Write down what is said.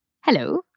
Hello